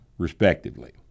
respectively